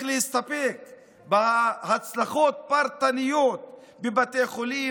להסתפק בהצלחות פרטניות בבתי חולים,